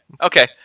okay